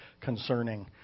concerning